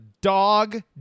dog